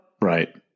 Right